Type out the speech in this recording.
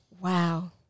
Wow